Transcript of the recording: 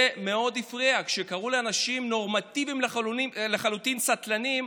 זה מאוד הפריע שקראו לאנשים נורמטיביים לחלוטין סטלנים,